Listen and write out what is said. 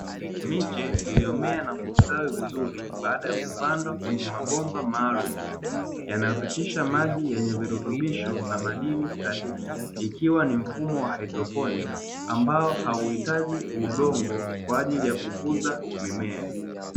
Miche iliyomea na kustawi vizuri ,baada ya kupandwa kwenye mabomba maalumu, yanayopitisha maji yenye virutubisho na madini stahiki. Ikiwa ni mfumo wa haidroponi, ambao hauhitaji udongo, kwa ajili ya kukuza mimea.